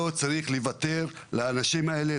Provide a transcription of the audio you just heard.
לא צריך לוותר לאנשים האלה,